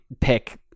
pick